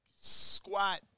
squat